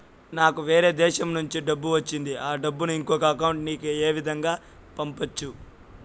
నాకు వేరే దేశము నుంచి డబ్బు వచ్చింది ఆ డబ్బును ఇంకొక అకౌంట్ ఏ విధంగా గ పంపొచ్చా?